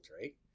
right